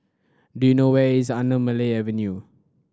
do you know where is Anamalai Avenue